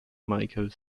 michael